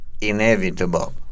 inevitable